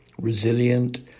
resilient